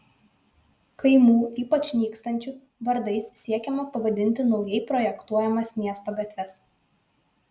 kaimų ypač nykstančių vardais siekiama pavadinti naujai projektuojamas miesto gatves